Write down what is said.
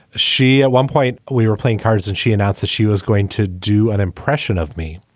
she at one point we were playing cards and she announced that she was going to do an impression of me.